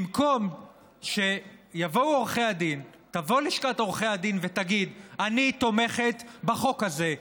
במקום שתבוא לשכת עורכי הדין ותגיד: אני תומכת בחוק הזה,